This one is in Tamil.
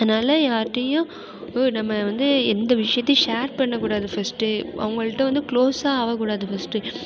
அதனால யாருகிட்டயும் ஓ நம்ம வந்து எந்த விஷயத்தையும் ஷேர் பண்ணக்கூடாது ஃபஸ்ட்டு அவங்கள்கிட்ட வந்து க்ளோஸாக ஆக கூடாது ஃபஸ்ட்டு